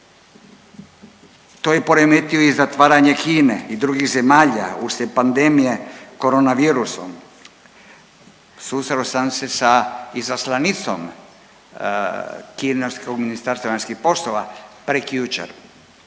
To je poremetio i zatvaranje Kine i drugih zemalja uslijed pandemije korona virusom. Susreo sam se za izaslanicom kineskog Ministarstva vanjskih poslova prekjučer